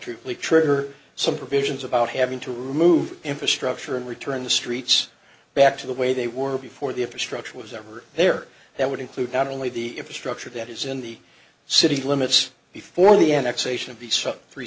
truthfully trigger some provisions about having to remove infrastructure and return the streets back to the way they were before the infrastructure was ever there that would include not only the infrastructure that is in the city limits before the